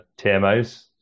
TMOs